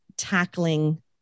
tackling